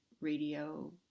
radio